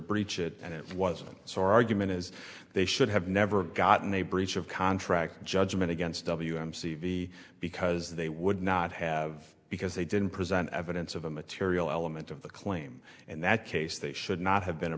breach it and it wasn't so our argument is they should have never gotten a breach of contract judgment against w m c because they would not have because they didn't present evidence of a material element of the claim in that case they should not have been a